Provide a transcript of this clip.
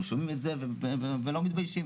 אנחנו שומעים את זה ולא מתביישים.